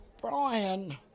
Brian